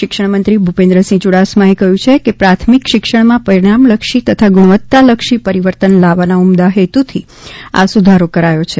શિક્ષણમંત્રી ભૂપેન્દ્રસિંહ યુડાસમાએ કહ્યું છે કે પ્રાથમિક શિક્ષણમાં પરિણામલક્ષી તથા ગુણવત્તાલક્ષી પરિવર્તન લાવવાના ઉમદા હેતુથી આ સુધારો કરાયો છે